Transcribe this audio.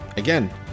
Again